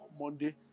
Monday